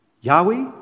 Yahweh